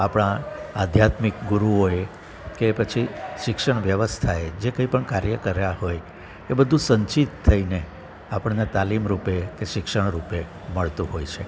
આપણા આધ્યાત્મિક ગુરુઓએ કે પછી શિક્ષણ વ્યવસ્થાએ જે કંઈ પણ કાર્ય કર્યા હોય એ બધુ સંચિત થઈને આપણને તાલીમ રૂપે કે શિક્ષણ રૂપે મળતું હોય છે